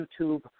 youtube